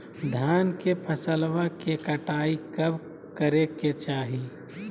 धान के फसलवा के कटाईया कब करे के चाही?